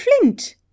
Flint